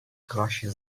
klasie